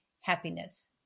happiness